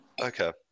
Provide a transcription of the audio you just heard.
Okay